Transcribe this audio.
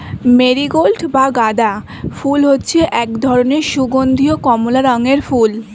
marigold বা গাঁদা ফুল হচ্ছে এক ধরনের সুগন্ধীয় কমলা রঙের ফুল